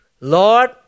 Lord